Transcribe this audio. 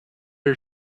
her